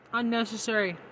unnecessary